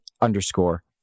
underscore